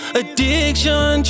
addiction